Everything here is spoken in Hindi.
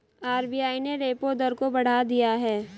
आर.बी.आई ने रेपो दर को बढ़ा दिया है